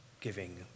giving